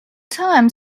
time